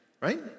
right